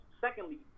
Secondly